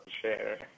share